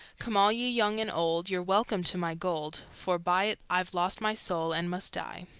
come all ye young and old, you're welcome to my gold, for by it i've lost my soul, and must die.